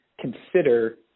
consider